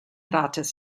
rates